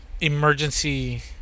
emergency